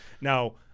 now